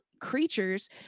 creatures